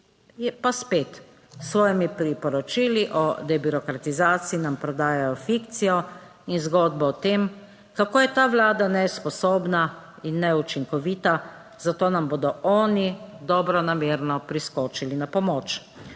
pa spet s svojimi priporočili o debirokratizaciji nam prodajajo fikcijo in zgodbo o tem, kako je ta vlada nesposobna in neučinkovita, zato nam bodo oni dobronamerno priskočili na pomoč,